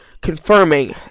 Confirming